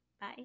Bye